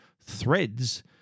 threads